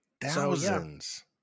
Thousands